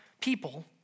people